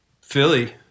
Philly